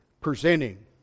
presenting